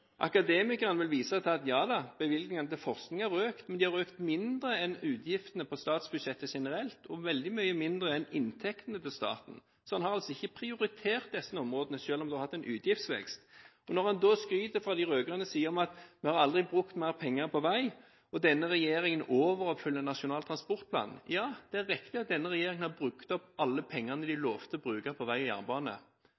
Akademikerne vil vise til at bevilgningene til forskning har økt. Jada, men de har økt mindre enn utgiftene på statsbudsjettet generelt og veldig mye mindre enn inntektene til staten. En har altså ikke prioritert disse områdene selv om en har hatt en utgiftsvekst. Når de rød-grønne da skryter om at vi aldri har brukt mer penger på vei og at denne regjeringen overoppfyller Nasjonal transportplan, så er det riktig at denne regjeringen har brukt opp alle pengene den lovet å bruke på vei og jernbane, men når de